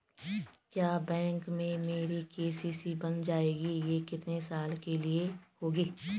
क्या बैंक में मेरी के.सी.सी बन जाएगी ये कितने साल के लिए होगी?